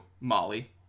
Molly